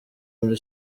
muri